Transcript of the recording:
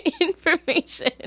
information